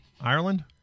Ireland